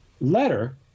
letter